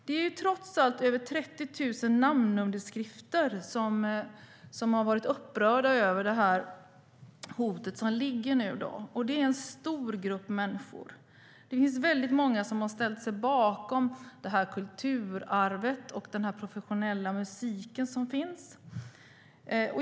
Det är trots allt över 30 000 namnunderskrifter från personer som har varit upprörda över det hot som finns. Det är en stor grupp människor. Det är många som har ställt sig bakom det här kulturarvet och den professionella musik som finns.